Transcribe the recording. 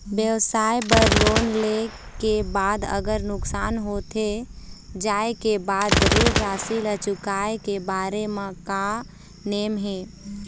व्यवसाय बर लोन ले के बाद अगर नुकसान होथे जाय के बाद ऋण राशि ला चुकाए के बारे म का नेम हे?